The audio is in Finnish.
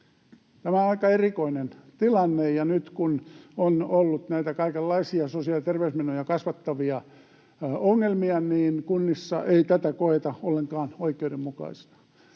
Tämä on aika erikoinen tilanne. Ja nyt kun on ollut näitä kaikenlaisia sosiaali- ja terveysmenoja kasvattavia ongelmia, kunnissa ei tätä koeta ollenkaan oikeudenmukaisena.